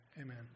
amen